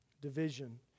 division